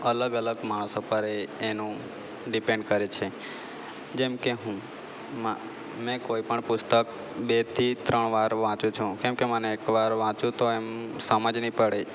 અલગ અલગ માણસો પર એ એનું ડીપેન્ડ કરે છે જેમકે હું મેં મેં કોઈ પણ પુસ્તક બેથી ત્રણ વાર વાંચું છું કેમકે મને એક વાર વાંચું તો એમ સમજ ન પડે